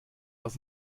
aus